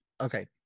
Okay